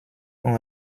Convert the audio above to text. ont